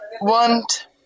Want